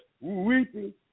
weeping